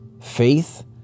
faith